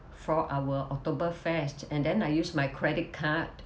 for our october fest and then I use my credit card